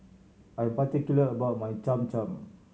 I'm particular about my Cham Cham